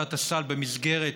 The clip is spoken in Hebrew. ועדת הסל, במסגרת